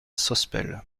sospel